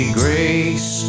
grace